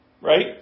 right